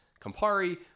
Campari